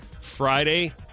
Friday